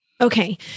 Okay